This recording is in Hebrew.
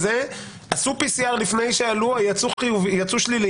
עשו PCR לפני שעלו לטיסה ויצאו שליליים